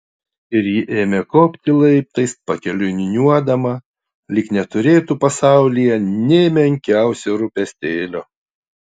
ir ji ėmė kopti laiptais pakeliui niūniuodama lyg neturėtų pasaulyje nė menkiausio rūpestėlio